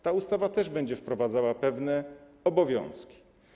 Ta ustawa też będzie wprowadzała pewne obowiązki.